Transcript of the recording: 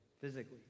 physically